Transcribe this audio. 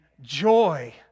joy